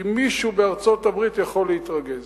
כי מישהו בארצות-הברית יכול להתרגז.